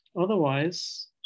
otherwise